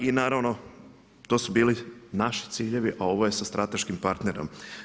I naravno to su bili naši ciljevi a ovo je sa strateškim partnerom.